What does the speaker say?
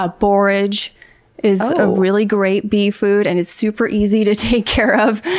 ah borage is a really great bee food and it's super easy to take care of.